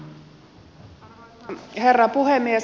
arvoisa herra puhemies